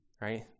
Right